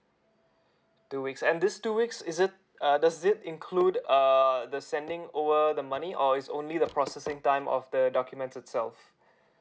two weeks and this two weeks is it uh does it include uh the sending over the money or it's only the processing time of the documents itself